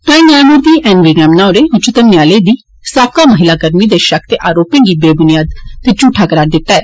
तोआई न्यायमूर्ती N V Ramana होरें उच्चतम न्यायलय दी साबका महिला कर्मी दे शक ते आरोपें दी बे बुनियाद ते झूठा करार दित्ता ऐ